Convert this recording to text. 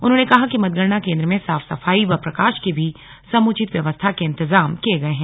उन्होंने कहा कि मतगणना केन्द्र में साफ सफाई व प्रकाश की भी समुचित व्यवस्था के इंतजाम किए गए है